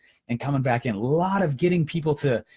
and coming back in, a lot of getting people to.